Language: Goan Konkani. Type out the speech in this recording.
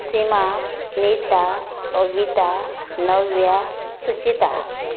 सीमा नीता अविता नव्या सुचिता